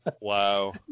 Wow